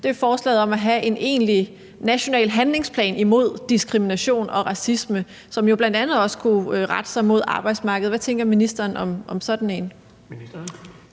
er forslaget om at have en egentlig national handlingsplan imod diskrimination og racisme, som jo bl.a. også kunne rette sig mod arbejdsmarkedet. Hvad tænker ministeren om sådan en?